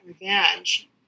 revenge